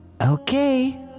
Okay